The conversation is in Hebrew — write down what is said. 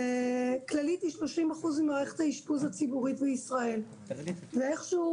כללית היא 30% ממערכת האשפוז הציבורית בישראל ואיכשהו